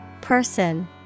Person